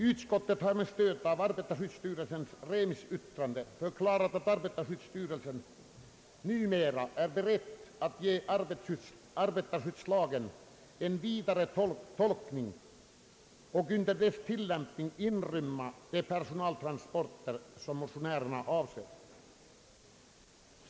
Utskottet har med stöd av arbetarskyddsstyrelsens remissyttrande förklarat att arbetarskyddsstyrelsen numera är beredd att ge arbetarskyddslagen en vidare tolkning och under dess tillämpning inrymma de personaltransporter som motionärerna avser.